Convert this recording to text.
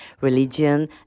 religion